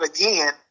again